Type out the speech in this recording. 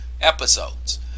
episodes